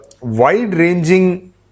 wide-ranging